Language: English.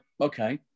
okay